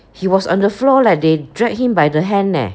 he was on the floor leh they dragged him by the hand eh